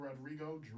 Rodrigo